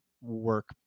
work